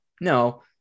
No